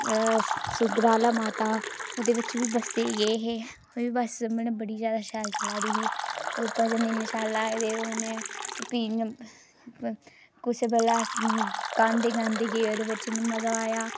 सुकराला माता ओह्दे बिच बी बस्सै च गे हे ओह् बी बस्स मतलब बड़ी जैदा शैल चलै दी ही ओह्दे च भजन इन्ने शैल लाए दे हे उनें ओह् फ्ही कुसै बेल्ले अस गांदे गांदे गे ओह्दे बिच इन्ना मजा आया